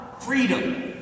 freedom